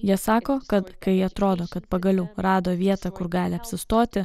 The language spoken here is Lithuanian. jie sako kad kai atrodo kad pagaliau rado vietą kur gali apsistoti